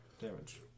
Damage